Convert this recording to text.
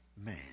man